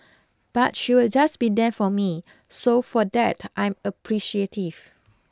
but she will just be there for me so for that I'm appreciative